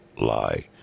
lie